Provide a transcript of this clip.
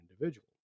individual